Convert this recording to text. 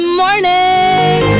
morning